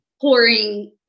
pouring